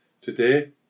Today